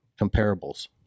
comparables